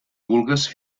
vulgues